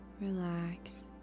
relax